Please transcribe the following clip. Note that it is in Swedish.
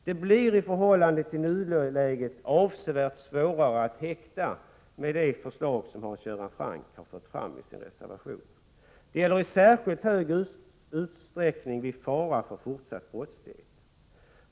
Med det förslag som Hans Göran Franck har fört fram i sin reservation blir det i förhållande till nuläget avsevärt svårare att häkta. Det gäller i särskilt stor utsträckning vid fara för fortsatt brottslighet.